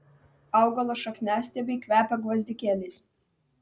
augalo šakniastiebiai kvepia gvazdikėliais